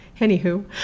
Anywho